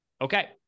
Okay